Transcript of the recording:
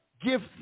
Give